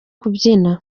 kubyina